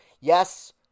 Yes